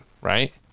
right